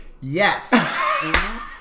yes